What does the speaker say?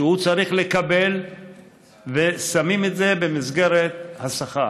שהוא צריך לקבל ושמים את זה במסגרת השכר.